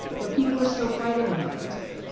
but people are still fighting about them today.